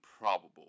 probable